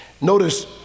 notice